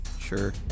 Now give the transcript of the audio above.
Sure